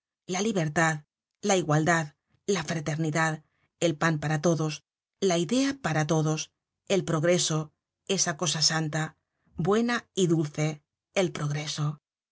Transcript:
la libertad la igualdad la fraternidad el pan para todos la idea para todos el progreso esa cosa santa buena y dulce el progreso